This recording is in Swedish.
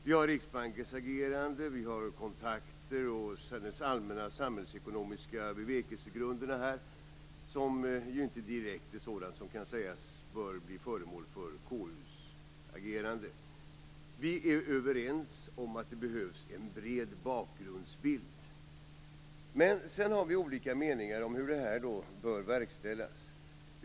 Vi har Riksbankens agerande, vi har kontakter och allmänna samhällsekonomiska bevekelsegrunder som inte direkt är sådant som bör bli föremål för KU:s agerande. Vi är överens om att det behövs en bred bakgrundsbild. Sedan har vi olika meningar om hur detta bör verkställas.